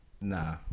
Nah